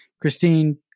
Christine